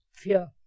fear